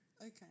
Okay